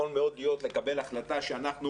יכול מאוד להיות שצריך לקבל החלטה שאנחנו